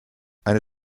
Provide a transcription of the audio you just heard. eine